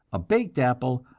a baked apple,